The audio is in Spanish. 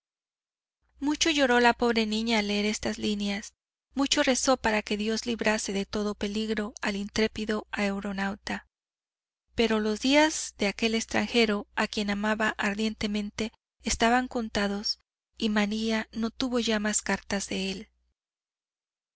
mucho lloró la pobre niña al leer estas líneas mucho rezó para que dios librase de todo peligro al intrépido aeronauta pero los días de aquel extranjero a quien amaba ardientemente estaban contados y maría no tuvo ya más cartas de él